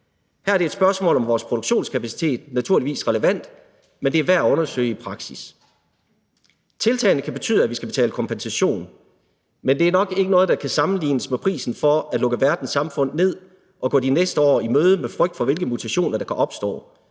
Her er spørgsmålet om vores produktionskapacitet naturligvis relevant, men det er værd at undersøge i praksis. Tiltagene kan betyde, at vi skal betale kompensation, men det er nok ikke noget, der kan sammenlignes med prisen for at lukke verdenssamfundet ned og gå de næste år i møde med frygt for, hvilke mutationer der kan opstå,